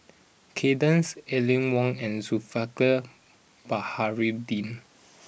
Kay Das Aline Wong and Zulkifli Baharudin